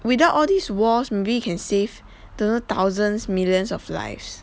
without all these wars maybe can save don't know thousands millions of lives